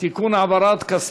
הצעת החוק עברה בקריאה טרומית,